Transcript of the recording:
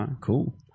Cool